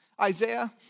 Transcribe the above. Isaiah